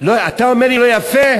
אתה אומר לי לא יפה?